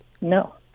no